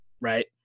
Right